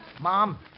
Mom